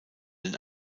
den